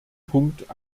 punkt